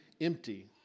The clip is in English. empty